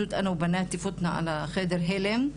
הוא היה כבר בחדר ניתוח.